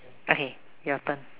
okay your turn